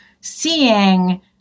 seeing